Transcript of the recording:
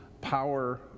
power